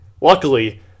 Luckily